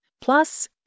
plus